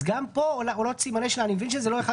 אז גם פה עולים סימני שאלה.